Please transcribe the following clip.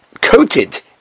coated